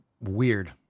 Weird